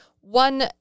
one